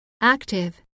active